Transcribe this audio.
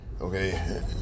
okay